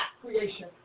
creation